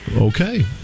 Okay